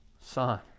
son